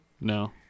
No